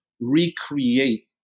recreate